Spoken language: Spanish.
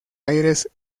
aires